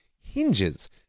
hinges